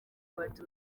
abatutsi